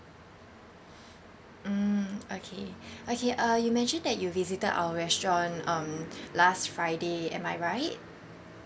mm okay okay uh you mentioned that you visited our restaurant um last friday am I right